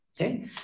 okay